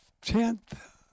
tenth